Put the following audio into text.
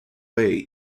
bay